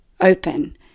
open